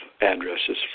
addresses